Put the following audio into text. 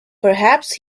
perhaps